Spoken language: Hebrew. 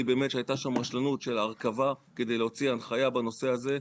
שהייתה שם רשלנות של הרכבה כדי להוציא הנחיה בנושא הזה.